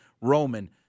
Roman